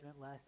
last